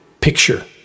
picture